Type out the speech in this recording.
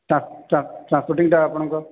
ଟା ଟା ଟ୍ରାନ୍ସପୋର୍ଟିଂଟା ଆପଣଙ୍କ